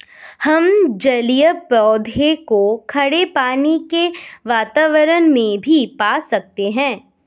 हम जलीय पौधों को खारे पानी के वातावरण में भी पा सकते हैं